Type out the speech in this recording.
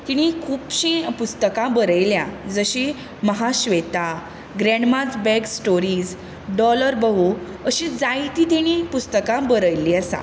तिणी खुबशीं पुस्तकां बरयल्या जशीं Mahasweta grandma's bag stories dollar Bahu अशीं जायतीं तेणी पुस्तकां बरयल्लीं आसा